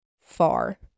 far